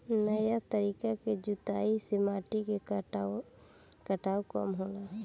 नया तरीका के जुताई से माटी के कटाव कम होला